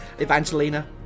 Evangelina